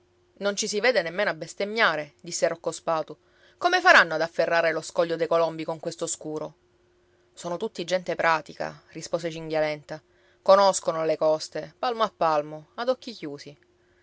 non ci si vede nemmeno a bestemmiare disse rocco spatu come faranno ad afferrare lo scoglio dei colombi con questo scuro sono tutti gente pratica rispose cinghialenta conoscono le coste palmo a palmo ad occhi chiusi